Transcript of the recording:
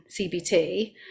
CBT